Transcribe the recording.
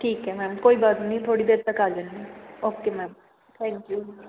ਠੀਕ ਹੈ ਮੈਮ ਕੋਈ ਬਾਤ ਨਹੀਂ ਥੋੜ੍ਹੀ ਦੇਰ ਤੱਕ ਆ ਜਾਂਦੇ ਓਕੇ ਮੈਮ ਥੈਂਕ ਯੂ